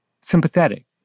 sympathetic